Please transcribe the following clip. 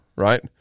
Right